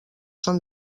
són